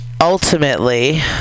ultimately